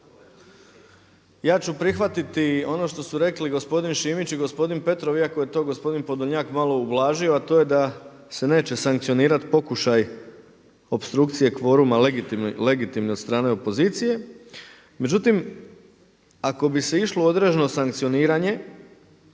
Ja ću prihvatiti ono što su rekli gospodin Šimić i gospodin Petrov iako je to gospodin Podolnjak malo ublažio a to je da se neće sankcionirati pokušaj opstrukcije kvoruma legitimni od strane opozicije. Međutim, ako bi se išlo određeno sankcioniranje